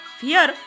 fear